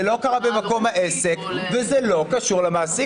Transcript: זה לא קרה במקום העסק וזה לא קשור למעסיק,